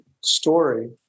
story